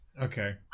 Okay